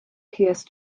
pierce